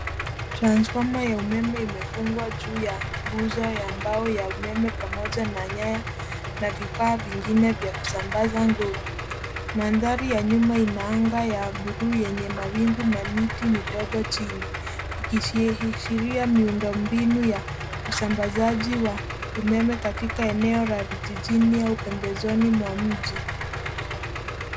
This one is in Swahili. Transfoma ya umeme imefungwa juu ya nguzo ya mbao ya umeme, pamoja na nyaya na vifaa vingine vya kusambaza nguvu. Mandhari ya nyuma ina anga ya buluu yenye mawingu na miti midogo chini, ikiashiria miundombinu ya usambazaji wa umeme katika eneo la vijijini au pembezoni mwa mji.